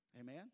Amen